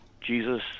Jesus